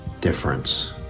difference